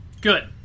Good